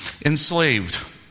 Enslaved